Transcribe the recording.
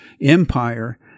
Empire